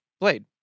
Blade